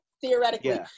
theoretically